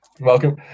Welcome